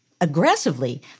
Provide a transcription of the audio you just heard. aggressively